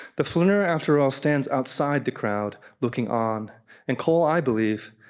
the flaneur, after all, stands outside the crowd looking on and cole, i believe,